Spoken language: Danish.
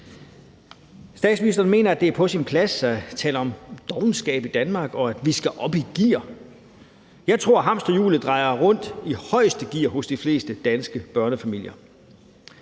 Statsministeren mener, at det er på sin plads at tale om dovenskab i Danmark, og at vi skal op i gear. Jeg tror, hamsterhjulet drejer rundt i højeste gear hos de fleste danske børnefamilier.